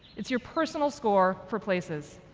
it's your personal score for places.